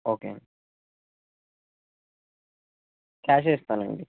okay అండి క్యాష్ఏ ఇస్తానండి